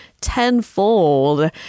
tenfold